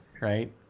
right